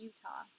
Utah